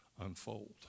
unfold